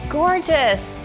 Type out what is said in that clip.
gorgeous